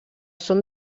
són